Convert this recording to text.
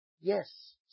Yes